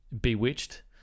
bewitched